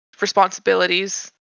responsibilities